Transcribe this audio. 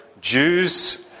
Jews